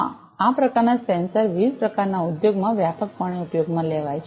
હા આ પ્રકારના સેન્સર વિવિધ પ્રકારના ઉદ્યોગોમાં વ્યાપકપણે ઉપયોગમાં લેવાય છે